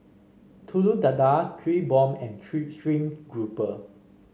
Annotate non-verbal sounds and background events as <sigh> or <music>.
Telur Dadah Kuih Bom and <unintelligible> stream grouper